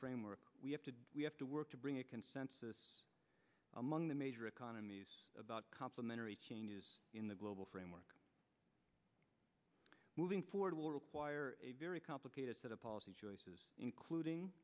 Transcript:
framework we have to we have to work to bring a consensus among the major economies about complimentary changes in the global framework moving forward will require a very complicated set of policy choices including